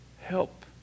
help